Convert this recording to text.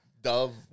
dove